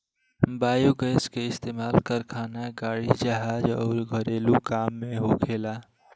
biogas के इस्तमाल कारखाना, गाड़ी, जहाज अउर घरेलु काम में होखेला